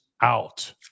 out